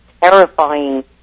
terrifying